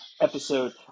episode